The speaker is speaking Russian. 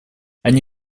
они